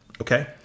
Okay